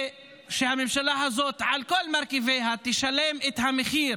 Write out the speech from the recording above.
ושהממשלה הזאת על כל מרכיביה תשלם את המחיר